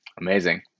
Amazing